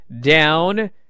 down